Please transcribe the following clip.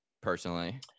personally